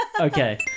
Okay